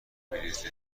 بلیط